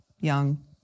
young